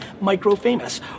micro-famous